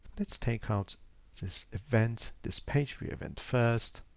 let's take out this event, this pageview event first,